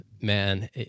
Man